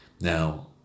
Now